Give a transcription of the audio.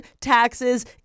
taxes